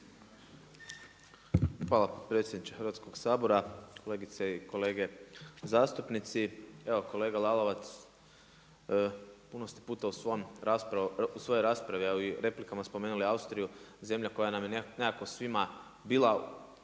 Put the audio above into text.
Hvala potpredsjedniče Hrvatskoga sabora, kolegice i kolege zastupnici. Evo kolega Lalovac, puno ste puta u svojoj raspravi a i u replikama spomenuli Austriju, zemlja koja nam je nekako svima bila da